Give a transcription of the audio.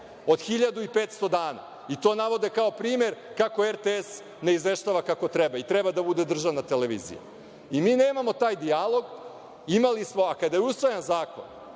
od 1.500 dana i to navode kao primer kako RTS ne izveštava kako treba i treba da bude državna televizija. Mi nemamo taj dijalog. Imali smo, a kada je usvajan zakon